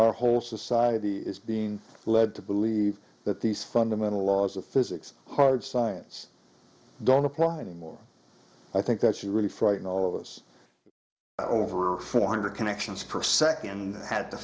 our whole society is being led to believe that these fundamental laws of physics hard science don't apply anymore i think that she really frightening all of us over four hundred connections per second had t